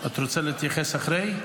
אתה רוצה להתייחס אחרי,